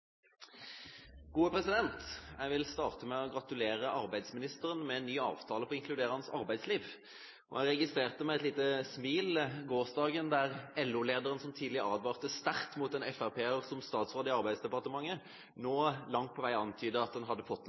Jeg vil starte med å gratulere arbeidsministeren med en ny avtale for inkluderende arbeidsliv. Jeg registrerte med et lite smil at LO-lederen, som tidligere advarte sterkt mot en FrP-er som statsråd i Arbeidsdepartementet, i går langt på vei antydet at en nå hadde fått den